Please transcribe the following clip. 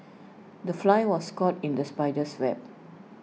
the fly was caught in the spider's web